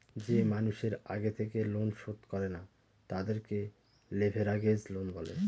যে মানুষের আগে থেকে লোন শোধ করে না, তাদেরকে লেভেরাগেজ লোন বলে